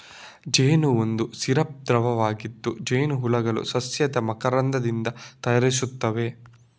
ಜೇನು ಒಂದು ಸಿರಪ್ ದ್ರವವಾಗಿದ್ದು, ಜೇನುಹುಳುಗಳು ಸಸ್ಯದ ಮಕರಂದದಿಂದ ತಯಾರಿಸುತ್ತವೆ